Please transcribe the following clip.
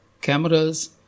cameras